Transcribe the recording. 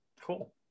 cool